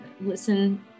listen